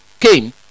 came